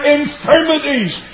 infirmities